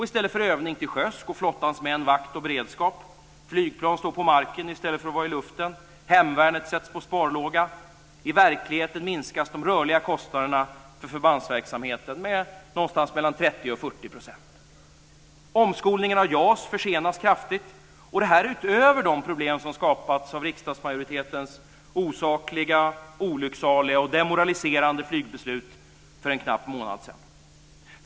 I stället för övning till sjöss går flottans män vakt och ligger i beredskap. Flygplan står på marken i stället för att vara i luften. Hemvärnet sätts på sparlåga. I verkligheten minskas de rörliga kostnaderna för förbandsverksamheten med någonstans mellan 30 och 40 %. Omskolningen av JAS försenas kraftigt - detta utöver de problem som skapats av riksdagsmajoritetens osakliga, olycksaliga och demoraliserande flygbeslut för en knapp månad sedan.